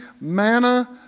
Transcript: manna